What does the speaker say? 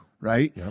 Right